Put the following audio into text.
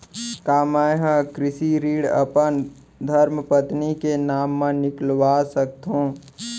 का मैं ह कृषि ऋण अपन धर्मपत्नी के नाम मा निकलवा सकथो?